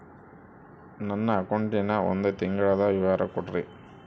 ನನ್ನ ಅಕೌಂಟಿನ ಒಂದು ತಿಂಗಳದ ವಿವರ ಕೊಡ್ರಿ?